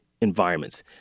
environments